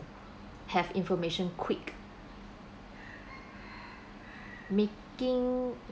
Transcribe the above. have information quick making